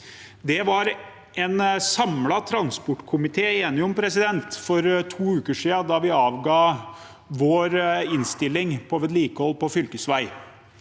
Det var en samlet transportkomité enig om for to uker siden, da vi avga vår innstilling om vedlikehold på fylkesvei.